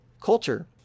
culture